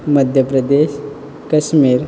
Madhya Pradesh Kashmir